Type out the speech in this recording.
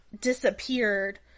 disappeared